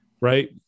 right